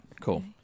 cool